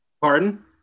Pardon